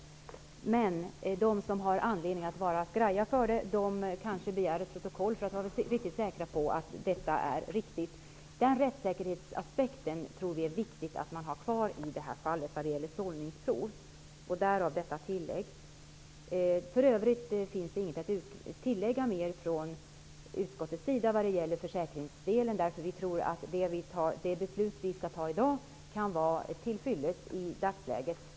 De som däremot har anledning att vara skraja för testningen kanske begär ett protokoll för att vara riktigt säkra på att detta är riktigt. Den rättssäkerhetsaspekten tror vi att det är viktigt att man har kvar vad gäller sållningsproven, och därav detta tillägg. För övrigt har utskottet inget att tillägga i fråga om försäkringsdelen. Vi tror att det beslut riksdagen skall fatta i dag kan vara till fyllest i dagsläget.